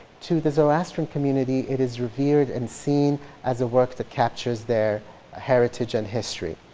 to the zoroastrian community it is revered and seen as a work that captures their heritage and history.